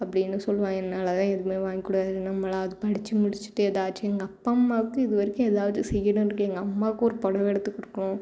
அப்படின்னு சொல்வான் என்னால் தான் எதுவுமே வாங்கிக் குடு நம்மளாவது படித்து முடிச்சுட்டு ஏதாச்சும் எங்கள் அப்பா அம்மாவுக்கு இது வரைக்கும் ஏதாவது செய்யணும்ன்ட்டுருக்கு எங்கள் அம்மாவுக்கு ஒரு புடவ எடுத்துக் கொடுக்கணும்